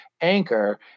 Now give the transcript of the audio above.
Anchor